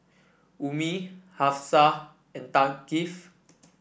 Ummi Hafsa and Thaqif